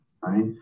right